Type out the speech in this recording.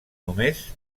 només